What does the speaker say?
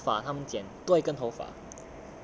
我剪一根头发他们剪多一根头发